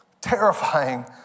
Terrifying